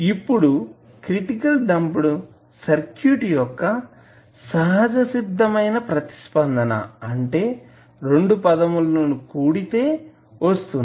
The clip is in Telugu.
ఇప్పుడు క్రిటికల్లి డంప్డ్ సర్క్యూట్ యొక్క సహజసిద్ధమైన ప్రతిస్పందన అంటే 2 పదములను కూడితే తెలుస్తుంది